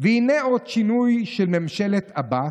והינה עוד שינוי של ממשלת עבאס,